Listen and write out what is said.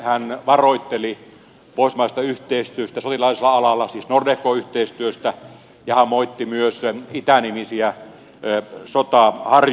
hän varoitteli pohjoismaisesta yhteistyöstä sotilaallisella alalla siis nordefco yhteistyöstä ja hän moitti myös itä nimisiä sotaharjoituksia